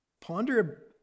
Ponder